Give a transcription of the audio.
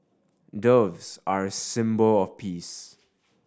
doves are a symbol of peace